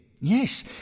Yes